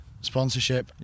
sponsorship